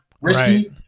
risky